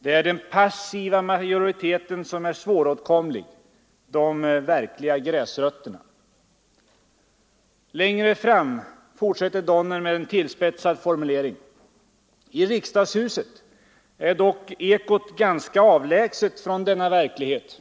Det är den passiva majoriteten som är svåråtkomlig; de verkliga gräsrötterna.” Längre fram fortsätter Donner med en tillspetsad formulering: ”I riksdagshuset är dock ekot ganska avlägset från denna verklighet.